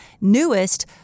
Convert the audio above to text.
newest